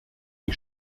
die